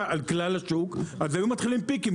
על כלל השוק אז היו מתחילים פיקים,